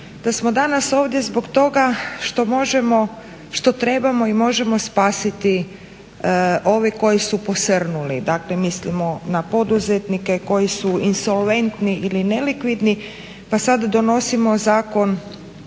da smo danas ovdje zbog toga što možemo, što trebamo i možemo spasiti ove koji su posrnuli, dakle mislimo na poduzetnike koji su insolventni ili nelikvidni pa sad donosimo zakon